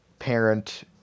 Parent